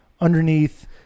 underneath